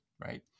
right